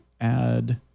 add